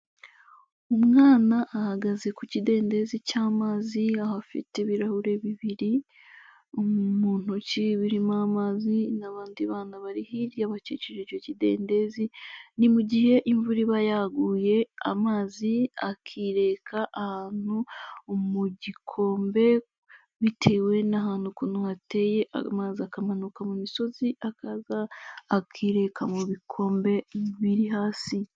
Umwana ahagaze ku kidendezi cy'amazi, aho afite ibirahure bibiri mu ntoki biririmo amazi, n'abandi bana bari hirya bakikije icyo kidendezi. Ni mu gihe imvura iba yaguye amazi akirereka ahantu mu gikombe, bitewe n'ahantu ukuntu hateye, amazi akamanuka mu misozi, akaza akireka mu bikombe biri hasi.